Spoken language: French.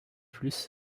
plus